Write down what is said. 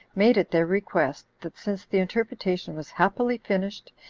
made it their request, that since the interpretation was happily finished,